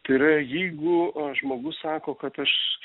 tai yra jeigu a žmogus sako kad aš